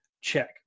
Check